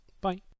Bye